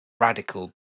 radical